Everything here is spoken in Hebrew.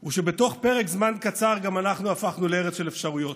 הוא שבתוך פרק זמן קצר גם אנחנו הפכנו לארץ של אפשרויות.